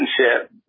relationship